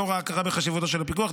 לאור ההכרה בחשיבותו של הפיקוח,